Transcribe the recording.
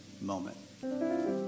moment